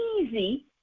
easy